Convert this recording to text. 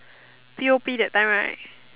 p_o_p that time right